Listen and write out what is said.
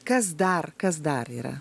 kas dar kas dar yra